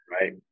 Right